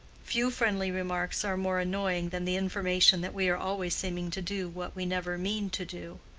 few friendly remarks are more annoying than the information that we are always seeming to do what we never mean to do.